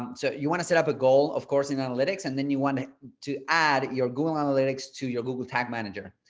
um so you want to set up a goal, of course in analytics and then you want to to add your google analytics to your google tag manager.